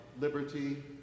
liberty